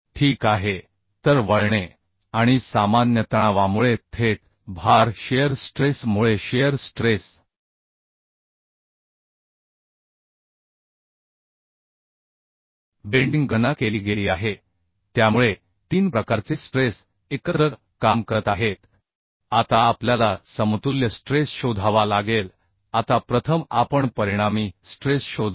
ठीक आहे तर शिअर स्ट्रेस आणि सामान्य तणावामुळे थेट भार शिअर स्ट्रेस मुळे शिअर स्ट्रेस बेंडिंग गणना केली गेली आहे त्यामुळे तीन प्रकारचे स्ट्रेस एकत्र काम करत आहेत आता आपल्याला समतुल्य स्ट्रेस शोधावा लागेल आता प्रथम आपण परिणामी स्ट्रेस शोधतो